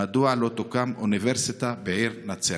2. מדוע לא תוקם אוניברסיטה בעיר נצרת?